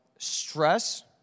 stress